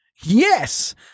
Yes